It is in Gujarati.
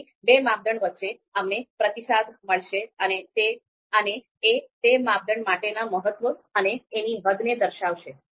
તેથી બે માપદંડ વચ્ચે અમને પ્રતિસાદ મળશે અને એ તે માપદંડ માટેના મહત્વ અને એની હદ ને દર્શાવે છે